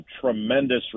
tremendous